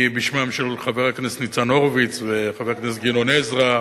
היא בשמם של חברי הכנסת ניצן הורוביץ, גדעון עזרא,